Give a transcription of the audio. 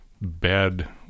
bad